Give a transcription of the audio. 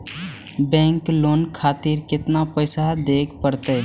Bank loan खातीर केतना पैसा दीये परतें?